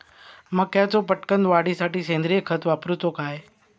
मक्याचो पटकन वाढीसाठी सेंद्रिय खत वापरूचो काय?